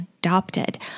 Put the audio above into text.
adopted